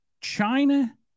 China